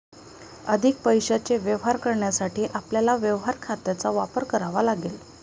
अधिक पैशाचे व्यवहार करण्यासाठी आपल्याला व्यवहार खात्यांचा वापर करावा लागेल